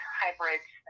hybrids